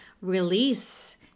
release